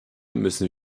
müssen